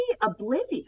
oblivious